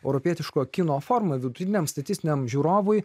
europietiško kino forma vidutiniam statistiniam žiūrovui